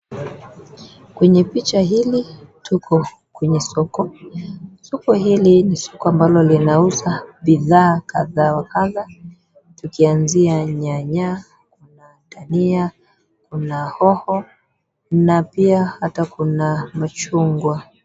Kwenye picha hili, tuko kwenye soko. Soko hili ni soko ambalo linauza bidhaa kadha wa kadha, tukianzia nyanya, dhania, kuna hoho, kuna pia hata kuna machungwa.